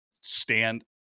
stand